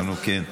16 בעד,